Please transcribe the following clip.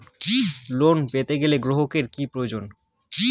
Loan পেতে গেলে গ্রাহকের কি প্রয়োজন?